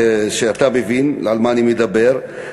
שאתה מבין על מה אני מדבר,